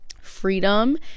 freedom